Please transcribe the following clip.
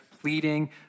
pleading